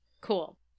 Cool